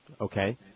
Okay